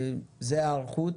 זו ההיערכות.